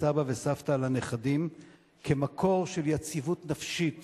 סבא וסבתא לנכדים כמקור של יציבות נפשית